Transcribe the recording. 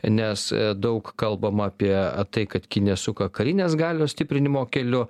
nes daug kalbama apie tai kad kinija suka karinės galios stiprinimo keliu